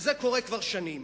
וזה קורה כבר שנים.